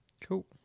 Cool